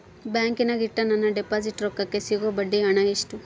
ಬ್ಯಾಂಕಿನಾಗ ಇಟ್ಟ ನನ್ನ ಡಿಪಾಸಿಟ್ ರೊಕ್ಕಕ್ಕೆ ಸಿಗೋ ಬಡ್ಡಿ ಹಣ ಎಷ್ಟು?